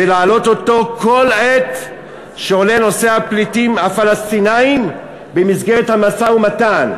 ולהעלות אותו בכל עת שעולה נושא הפליטים הפלסטינים במסגרת המשא-ומתן,